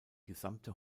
gesamte